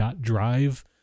drive